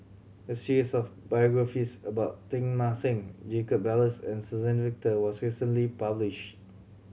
a series of biographies about Teng Mah Seng Jacob Ballas and Suzann Victor was recently published